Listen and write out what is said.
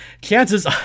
chances